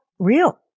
Real